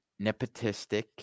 nepotistic